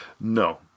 no